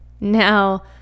Now